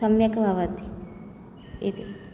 सम्यक् भवति इति